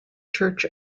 church